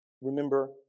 remember